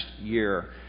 year